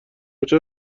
چرا